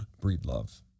breedlove